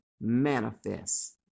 manifest